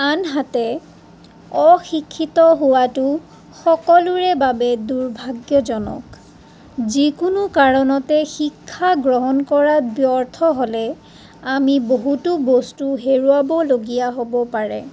আনহাতে অশিক্ষিত হোৱাটো সকলোৰে বাবে দূৰ্ভাগ্যজনক যিকোনো কাৰণতে শিক্ষা গ্ৰহণ কৰাত ব্যৰ্থ হ'লে আমি বহুতো বস্তু হেৰুৱাবলগীয়া হ'ব পাৰে